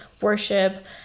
worship